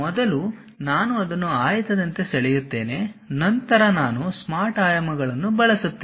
ಮೊದಲು ನಾನು ಅದನ್ನು ಆಯತದಂತೆ ಸೆಳೆಯುತ್ತೇನೆ ನಂತರ ನಾನು ಸ್ಮಾರ್ಟ್ ಆಯಾಮಗಳನ್ನು ಬಳಸುತ್ತೇನೆ